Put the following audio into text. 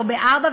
לא ב-15:00,